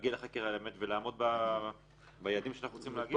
להגיע לחקר האמת ולעמוד ביעדים שאנחנו רוצים להגיע אליהם.